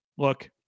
Look